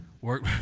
work